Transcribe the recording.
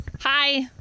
Hi